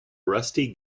rusty